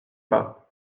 pas